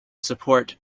support